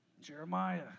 Jeremiah